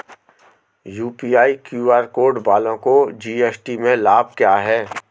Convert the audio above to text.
UPI QR code वालों को GST में लाभ क्या है?